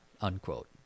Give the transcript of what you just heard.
unquote